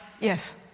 yes